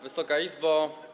Wysoka Izbo!